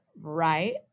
Right